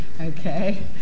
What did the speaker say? Okay